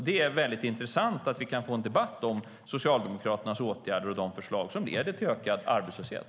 Det är intressant att vi kan få en debatt om Socialdemokraternas åtgärder och förslag som leder till ökad arbetslöshet.